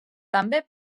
també